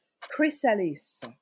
chrysalis